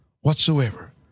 whatsoever